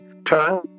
turn